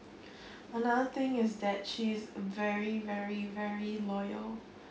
another thing is that she's very very very loyal